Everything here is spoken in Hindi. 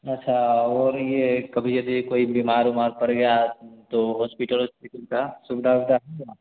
अच्छा और यह कभी अभी कोई बीमार उमार पड़ गया तो हॉस्पिटल उस्पिटल का सुविधा उविधा है ना